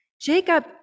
Jacob